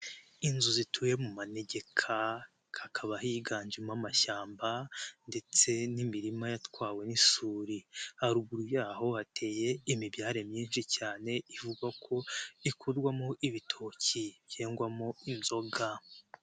Inzu zituye mu manegeka, hakaba higanjemo amashyamba ndetse n'imirima yatwawe n'isuri, haruguru yaho hateye imibyare myinshi cyane ivugwa ko ikurwamo ibitoki byengwamo inzoga.